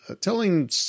telling